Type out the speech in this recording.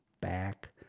back